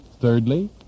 Thirdly